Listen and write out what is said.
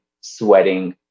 sweating